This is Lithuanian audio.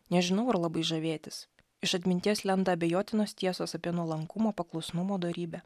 nežinau ar labai žavėtis iš atminties lenda abejotinos tiesos apie nuolankumo paklusnumo dorybę